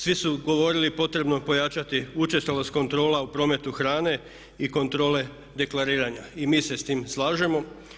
Svi su govorili potrebno je pojačati učestalost kontrola u prometu hrane i kontrole deklariranja i mi se s tim slažemo.